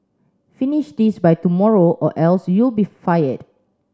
finish this by tomorrow or else you'll be fired